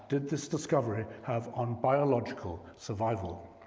did this discovery have on biological survival?